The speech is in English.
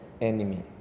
enemy